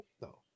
no